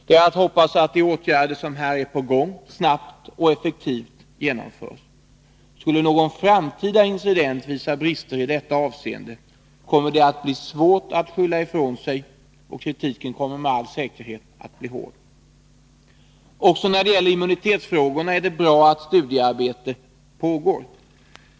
Det är att hoppas att de åtgärder som här är på gång snabbt och effektivt genomförs. Skulle någon framtida incident visa brister i detta avseende, kommer det att vara svårt att Ubåtsaffären skylla ifrån sig, och kritiken kommer med all säkerhet att bli hård. Också när det gäller immunitetsfrågorna är det bra att studiearbete pågår.